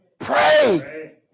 Pray